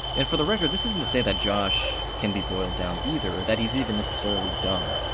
and for the record, this isn't to say that josh can be boiled down either, or that he's even necessarily dumb.